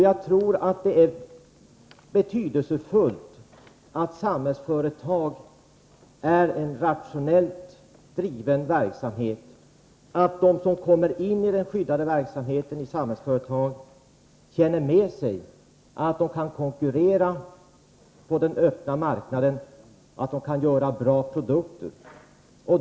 Jag tror att det är betydelsefullt att Samhällsföretag har en rationellt driven verksamhet och att de som kommer in i den skyddade verksamheten i Samhällsföretag känner att de kan konkurrera på den öppna marknaden och att de kan göra bra produkter.